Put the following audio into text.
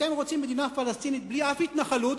אתם רוצים מדינה פלסטינית בלי אף התנחלות,